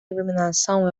iluminação